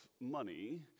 money